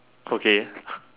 okay